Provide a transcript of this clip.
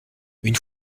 une